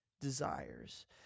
desires